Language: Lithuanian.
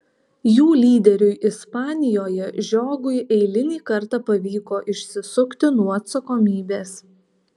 jų lyderiui ispanijoje žiogui eilinį kartą pavyko išsisukti nuo atsakomybės